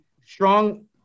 strong